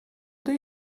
they